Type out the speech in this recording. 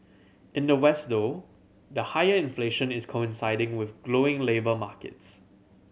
in the West though the higher inflation is coinciding with glowing labour markets